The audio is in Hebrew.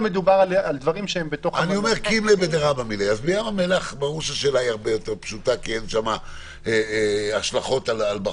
השאלה הרבה יותר פשוטה כי אין שם השלכות על בחוץ.